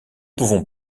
pouvons